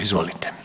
Izvolite.